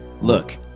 Look